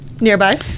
Nearby